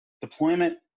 Deployment